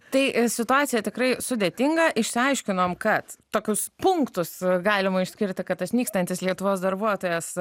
tai situacija tikrai sudėtinga išsiaiškinom kad tokius punktus galima išskirti kad tas nykstantis lietuvos darbuotojas